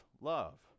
love